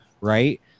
right